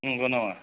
नंगौ नामा